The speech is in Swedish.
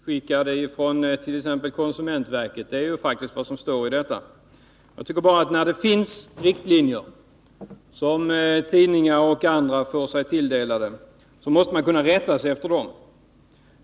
Herr talman! Man bör kunna rätta sig efter riktlinjer som är utskickade från t.ex. konsumentverket. I dessa står faktiskt att den här aktuella annonseringen bör vara undantagen. Tidningar och andra som får sig dessa riktlinjer tilldelade måste kunna rätta sig efter dem.